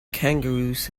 kangaroos